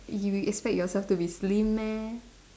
you will expect yourself to be slim meh